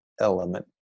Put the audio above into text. element